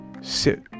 sit